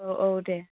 औ औ दे